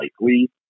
likely